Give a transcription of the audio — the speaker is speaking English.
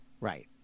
right